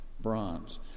bronze